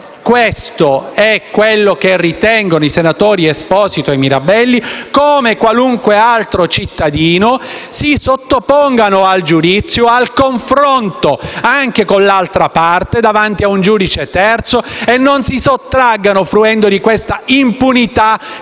questo è quello che ritengono anche i senatori Esposito e Mirabelli, come qualunque altro cittadino si sottopongano al giudizio e al confronto con l'altra parte davanti a un giudice terzo e non vi si sottraggano, fruendo di questa impunità